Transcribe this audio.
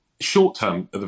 short-term